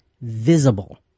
visible